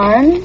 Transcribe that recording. One